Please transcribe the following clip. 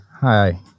Hi